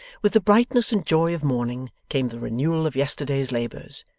with the brightness and joy of morning, came the renewal of yesterday's labours,